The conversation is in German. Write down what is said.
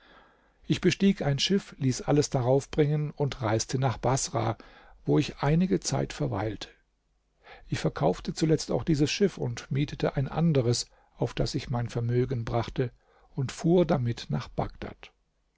ich bestieg ein schiff ließ alles darauf bringen und reiste nach baßrah wo ich einige zeit verweilte ich verkaufte zuletzt auch dieses schiff und mietete ein anderes auf das ich mein vermögen brachte und fuhr damit nach bagdad